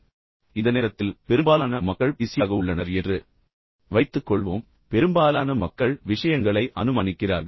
ஆனால் இந்த நேரத்தில் பெரும்பாலான மக்கள் பிஸியாக உள்ளனர் என்று வைத்துக்கொள்வோம் பெரும்பாலான மக்கள் விஷயங்களை அனுமானிக்கிறார்கள்